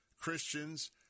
Christians